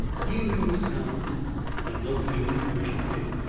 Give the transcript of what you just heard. hearing this sound and locating it where she did,